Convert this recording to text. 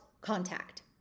contact